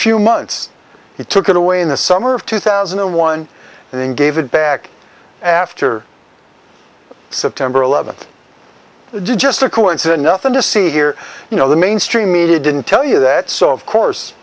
few months he took it away in the summer of two thousand and one and then gave it back after september eleventh just a coincidence nothing to see here you know the mainstream media didn't tell you that so of course